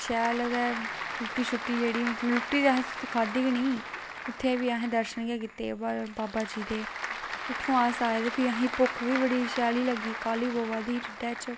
शैल गै रुट्टी शुट्टी जेह्ड़ी सच्चें रुट्टी ते असें खाद्धी गै नेईं उत्थै बी असें दर्शन गै कीते बाबा जी दे उत्थुआं अस आए ते फिर असें गी भुक्ख बी बड़ी शैल ही लग्गी दी काह्ली पवै दी ही ढिड्डा बिच